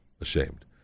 Ashamed